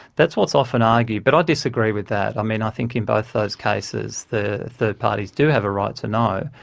that's what's often argued, but i disagree with that. i mean, i think in both those cases the third parties do have a right to know,